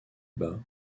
bas